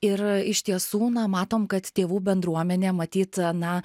ir iš tiesų na matom kad tėvų bendruomenė matyt na